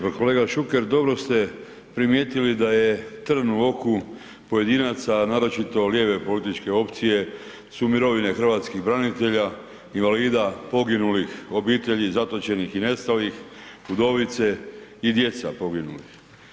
Pa kolega Šuker dobro ste primijetili da je trn u oku pojedinaca, naročito lijeve političke opcije su mirovine hrvatskih branitelja, invalida, poginulih, obitelji zatočenih i nestalih, udovice i djeca poginulih.